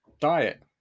diet